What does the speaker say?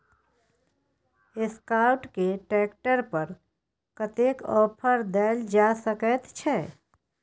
Escort के tractor पर कतेक ऑफर दैल जा सकेत छै?